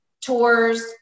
tours